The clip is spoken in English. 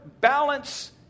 balance